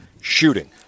shooting